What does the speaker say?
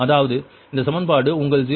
அதாவது இந்த சமன்பாடு உங்கள் 0